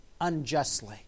unjustly